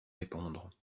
répondre